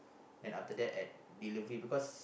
then after that at delivery because